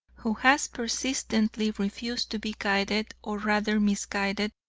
who has persistently refused to be guided, or rather misguided,